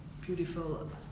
beautiful